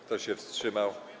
Kto się wstrzymał?